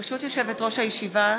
ברשות יושבת-ראש הישיבה,